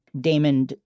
Damon